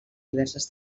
diverses